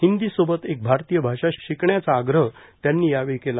हिंदी सोबत एक भारतीय भाषा शिकण्याचा आग्रह त्यांनी यावेळी केला